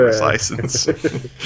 license